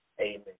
Amen